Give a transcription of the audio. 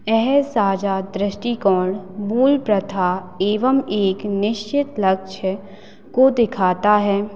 वह साझा दृष्टिकोण मूल प्रथा एवं एक निश्चित लक्ष्य को दिखाता है